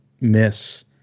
miss